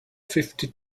fifty